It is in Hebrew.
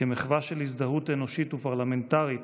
כמחווה של הזדהות אנושית ופרלמנטרית,